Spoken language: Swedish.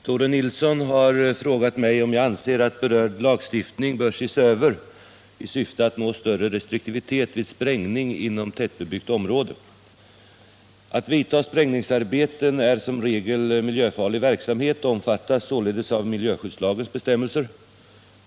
Herr talman! Tore Nilsson har frågat mig om jag anser att berörd lagstiftning bör ses över i syfte att nå större restriktivitet vid sprängning inom tätbebyggt område. Sprängningsarbeten är som regel miljöfarlig verksamhet och omfattas således av miljöskyddslagens bestämmelser.